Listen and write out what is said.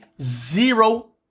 zero